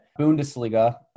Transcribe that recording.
Bundesliga